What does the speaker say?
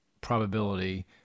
probability